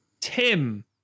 Tim